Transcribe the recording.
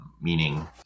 meaning